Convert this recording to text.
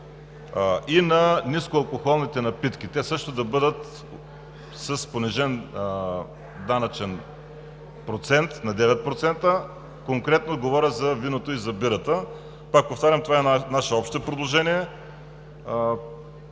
и на нискоалкохолните напитки – те също да бъдат с понижен данъчен процент на 9%, конкретно говоря за виното и за бирата. Пак повтарям, това е наше общо предложение.